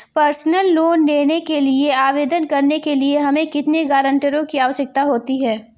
Personal loan के लिए आवेदन करने के लिए हमें कितने गारंटरों की आवश्यकता है?